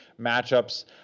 matchups